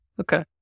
Okay